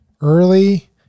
early